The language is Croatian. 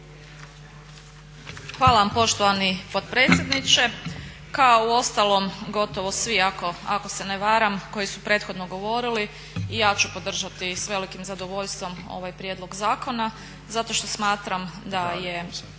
Hvala vam poštovani potpredsjedniče. Kao uostalom gotovo svi ako se ne varam koji su prethodno govorili i ja ću podržati s velikim zadovoljstvom ovaj prijedlog zakona zato što smatram da je